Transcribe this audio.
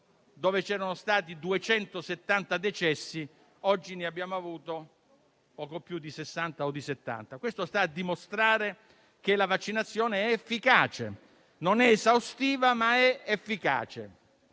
c'erano stati 270 decessi, oggi ne abbiamo avuti poco più di 60 o 70. Questo sta a dimostrare che la vaccinazione è efficace: non è esaustiva, ma è efficace.